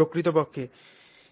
প্রকৃতপক্ষে